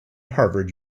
harvard